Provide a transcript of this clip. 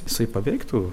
jisai paveiktų